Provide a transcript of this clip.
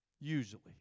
Usually